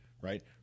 Right